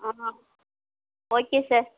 ஆமாம் okay sir